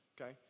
Okay